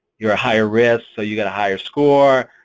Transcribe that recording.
you're a higher risk so you get a higher score.